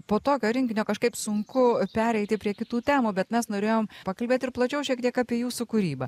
po tokio rinkinio kažkaip sunku pereiti prie kitų temų bet mes norėjom pakalbėt ir plačiau šiek tiek apie jūsų kūrybą